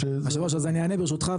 היושב ראש אז אני אענה ברשותך.